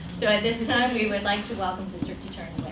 so at this time, we would like to welcome district attorney